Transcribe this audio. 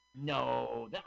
No